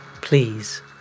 please